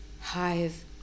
hive